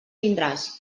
tindràs